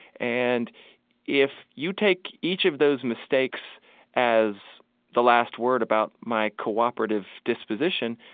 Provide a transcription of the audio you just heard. and if you take each of those mistakes as the last word about my cooperative disposition,